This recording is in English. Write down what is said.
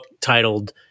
titled